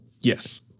Yes